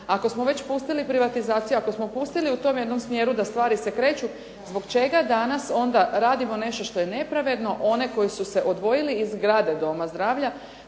Ako smo već pustili privatizaciju, ako smo pustili u tom jednom smjeru da stvari se kreću zbog čega danas onda radimo nešto što je nepravedno. One koji su se odvojili iz zgrade doma zdravlja